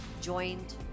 joined